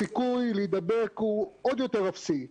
הסיכוי להידבק הוא עוד יותר אפסי.